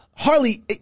Harley